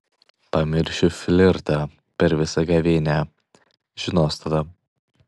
pamiršiu flirtą per visą gavėnią žinos tada